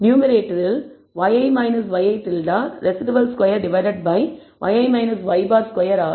numerator yi ŷi residual square divided by yi y̅ square ஆகும்